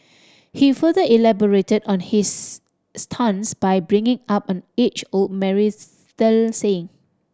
he further elaborated on his stance by bringing up an age old marital saying